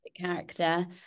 character